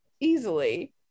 easily